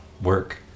work